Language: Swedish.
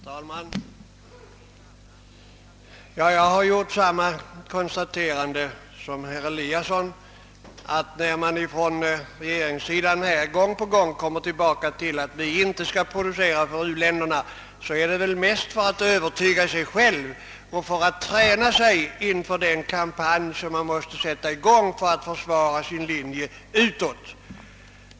Herr talman! Jag har gjort samma konstaterande som herr Eliasson, att när man på regeringssidan gång på gång kommer tillbaka till att vi inte skall producera för u-länderna, så är det väl mest för att övertyga sig själv och träna sig inför den kampanj som man måste sätta i gång för att försvara sin linje utåt.